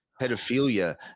pedophilia